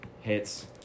Hits